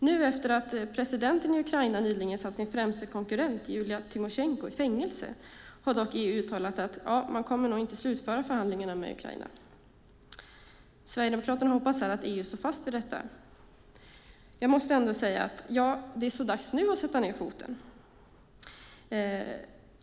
Nu efter att presidenten i Ukraina nyligen satt sin främsta konkurrent, Julia Tymosjenko, i fängelse har dock EU uttalat att man nog inte kommer att slutföra förhandlingarna med Ukraina. Sverigedemokraterna hoppas att EU står fast vid detta. Jag måste ändå säga: Ja, det är så dags nu att sätta ned foten!